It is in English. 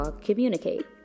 communicate